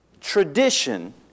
Tradition